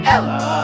Ella